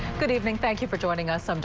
good evening. thank you for joining us. um